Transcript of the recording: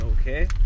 okay